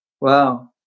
wow